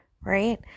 right